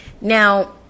Now